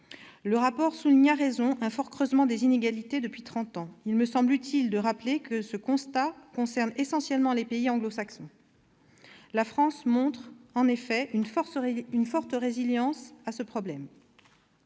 Le rapport souligne, à raison, un fort creusement des inégalités depuis trente ans. Il me semble utile de rappeler que ce constat concerne essentiellement les pays anglo-saxons. La France, en effet, montre une forte résilience à ce phénomène